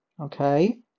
okay